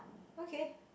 okay